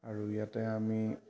আৰু ইয়াতে আমি